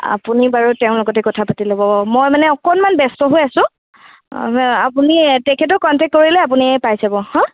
আপুনি বাৰু তেওঁৰ লগতে কথা পাতি ল'ব মই মানে অকণমান ব্যস্ত হৈ আছোঁ আপুনি তেখেতক কন্টক কৰিলে আপুনি পাই যাব হাঁ